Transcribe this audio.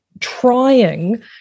Trying